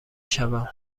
شوم